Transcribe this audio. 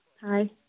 Hi